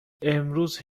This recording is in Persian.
امروز